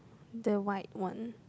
the white one